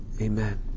Amen